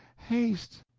haste,